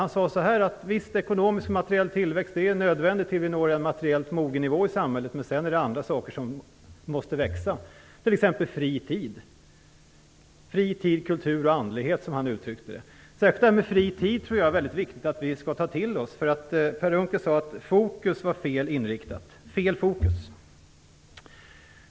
Han sade att det är nödvändigt med en viss ekonomisk och materiell tillväxt till dess att vi når en materiellt mogen nivå i samhället, men sedan är det andra saker som måste växa, t.ex. fri tid, kultur och andlighet - som han uttryckte det. Särskilt detta med fri tid är det väldigt viktigt att vi tar till oss. Per Unckel sade att fokus var fel inriktad.